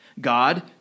God